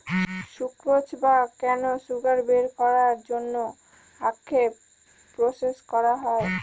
sucrose বা cane sugar বের করার জন্য আখকে প্রসেস করা হয়